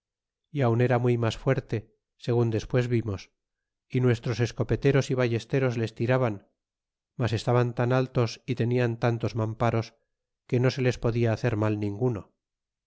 y aun era muy mas fuerte segun despues vimos y nuestros escopeteros y ballesteros les tiraban mas estaban tan altos y tenian tantos mamparos que no se les podiahacer malninguno